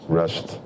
rest